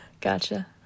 gotcha